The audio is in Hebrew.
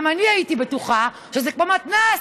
גם אני הייתי בטוחה שזה כמו מתנ"ס,